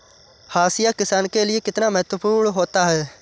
हाशिया किसान के लिए कितना महत्वपूर्ण होता है?